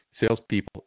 salespeople